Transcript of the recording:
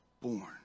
born